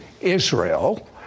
Israel